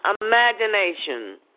imagination